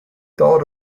thought